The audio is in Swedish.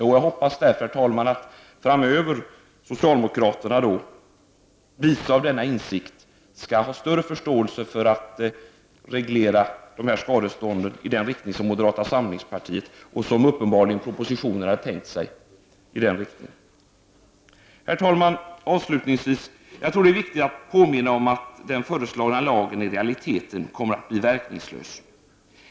Jag hoppas att socialdemokraterna framöver, visa av denna insikt, skall ha större förståelse för att reglera dessa skadestånd i den riktning som moderata samlingspartiet har föreslagit och som uppenbarligen propositionen också hade tänkt sig. Herr talman! Avslutningsvis tror jag det är viktigt att påminna om att den föreslagna lagen i realiteten kommer att bli verkningslös.